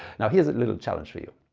now here's a little challenge for you.